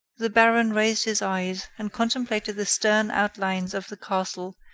the baron raised his eyes and contemplated the stern outlines of the castle,